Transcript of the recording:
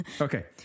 Okay